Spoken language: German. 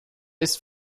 ist